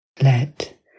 Let